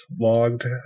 logged